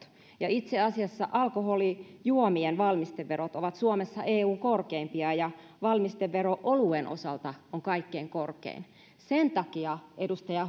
ja itse asiassa alkoholijuomien valmisteverot ovat suomessa eun korkeimpia ja valmistevero oluen osalta on kaikkein korkein sen takia edustaja